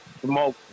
smoke